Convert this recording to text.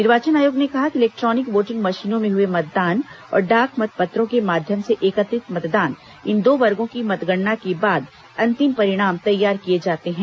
निर्वाचन आयोग ने कहा कि इलेक्ट्रॉनिक वोटिंग मशीनों में हुए मतदान और डाक मतपत्रों के माध्यम से एकत्रित मतदान इन दो वर्गों की मतगणना के बाद अंतिम परिणाम तैयार किए जाते हैं